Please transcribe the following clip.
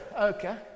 okay